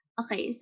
okay